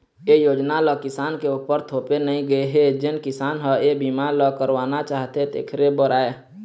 ए योजना ल किसान के उपर थोपे नइ गे हे जेन किसान ह ए बीमा ल करवाना चाहथे तेखरे बर आय